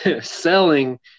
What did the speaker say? selling